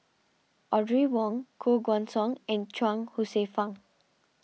Audrey Wong Koh Guan Song and Chuang Hsueh Fang